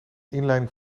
inleiding